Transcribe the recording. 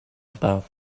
about